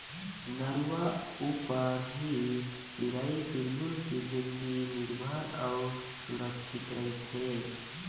नरूवा ऊपर ही चिरई चिरगुन के जिनगी निरभर अउ सुरक्छित रहिथे